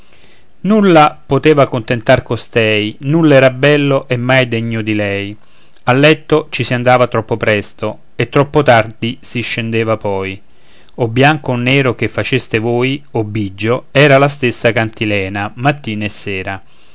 nulla poteva contentar costei nulla era bello e mai degno di lei a letto ci si andava troppo presto e troppo tardi si scendeva poi o bianco o nero che faceste voi o bigio era la stessa cantilena mattina e sera